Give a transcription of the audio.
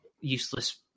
useless